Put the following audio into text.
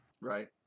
Right